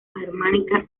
germánica